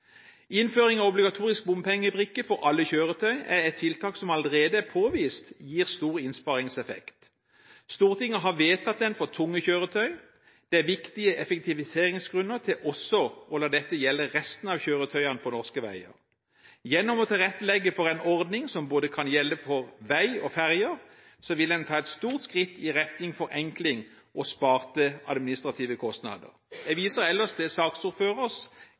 Innføring av obligatorisk bompengebrikke for alle kjøretøy er et tiltak som allerede er påvist gir stor innsparingseffekt. Stortinget har vedtatt den for tunge kjøretøy. Det er viktige effektiviseringsgrunner til også å la dette gjelde resten av kjøretøyene på norske veier. Gjennom å tilrettelegge for en ordning som kan gjelde for både vei og ferjer, vil en ta et stort skritt i retning av forenkling og sparte administrative kostnader. Jeg viser ellers til